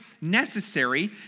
necessary